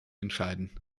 entscheiden